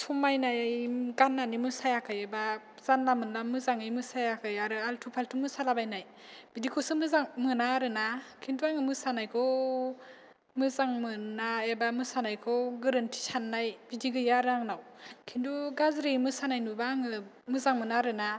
समायनाय गाननानै मोसायाखैबा जानला मोनला मोजाङै मोसायाखै आरो आलथु फालथु मोसालाबायनाय बिदिखौसो मोजां मोना आरोना खिनथु आंङो मोसानायखौ मोजां मोना एबा मोसानायखौ गोरोन्थि साननाय बिदि गैया आरो आंनाव खिनथु गाज्रि मोसानाय नुबा आङो मोजां मोना आरोना